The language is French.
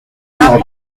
saint